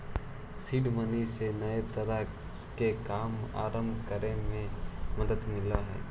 seed money से नया तरह के काम आरंभ करे में मदद मिलऽ हई